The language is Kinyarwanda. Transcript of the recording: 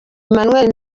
emmanuel